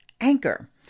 Anchor